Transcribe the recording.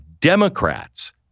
Democrats